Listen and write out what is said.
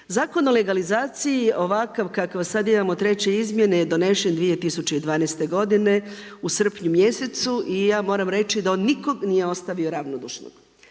Zakon o legalizaciji ovakav kakav sada imamo treće izmjene je donesen 2012. godine u srpnju mjesecu i ja moram reći da on nikog nije ostavio ravnodušnog.